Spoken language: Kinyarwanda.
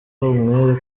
umwere